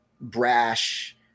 brash